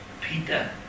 Peter